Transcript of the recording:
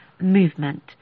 movement